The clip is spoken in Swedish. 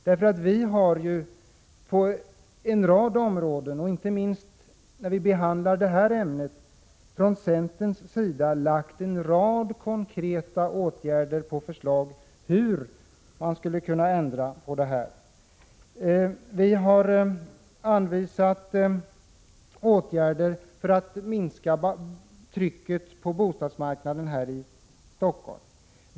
Vi i centern har på en rad områden — inte minst när vi behandlar det här ärendet — lagt fram en rad konkreta förslag på åtgärder beträffande hur man skulle kunna ändra på detta. Vi har anvisat åtgärder för att minska trycket på bostadsmarknaden här i Stockholm.